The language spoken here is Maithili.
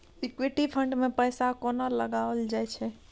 इक्विटी फंड मे पैसा कोना लगाओल जाय छै?